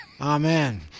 Amen